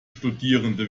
studierende